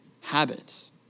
habits